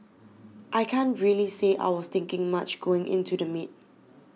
I can't really say I was thinking much going into the meet